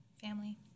family